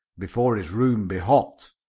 before his room be hot.